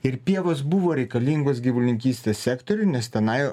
ir pievos buvo reikalingos gyvulininkystės sektoriui nes tenai